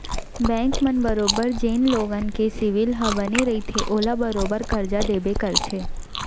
bank मन बरोबर जेन लोगन के सिविल ह बने रइथे ओला बरोबर करजा देबे करथे